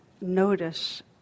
notice